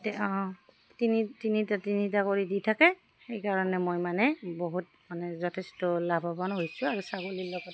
অ' তিনি তিনিটা তিনিটা কৰি দি থাকে সেইকাৰণে মই মানে বহুত মানে যথেষ্ট লাভৱান হৈছোঁ আৰু ছাগলীৰ লগতে